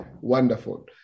Wonderful